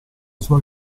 sua